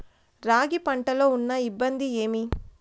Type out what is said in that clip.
రాగి పంటలో ఉన్న ఇబ్బంది ఏమి?